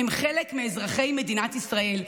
הם חלק מאזרחי מדינת ישראל,